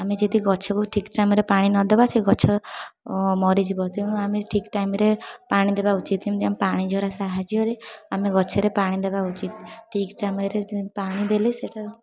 ଆମେ ଯଦି ଗଛକୁ ଠିକ ଟାଇମରେ ପାଣି ନ ଦେବା ସେ ଗଛ ମରିଯିବ ତେଣୁ ଆମେ ଠିକ ଟାଇମରେ ପାଣି ଦେବା ଉଚିତ ଯେମିତି ପାଣି ଝରା ସାହାଯ୍ୟରେ ଆମେ ଗଛରେ ପାଣି ଦେବା ଉଚିତ ଠିକ ସମୟରେ ପାଣି ଦେଲେ ସେଇଟା